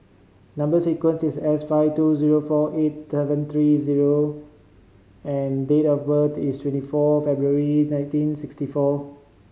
number sequence is S five two zero four eight seven three zero and date of birth is twenty four February nineteen sixty four